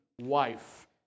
wife